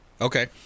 Okay